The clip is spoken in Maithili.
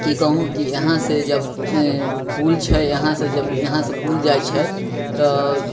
कि कहूँ कि यहाँसे जब पुल छै यहाँसे जब यहाँसे पुल जाइ छै तऽ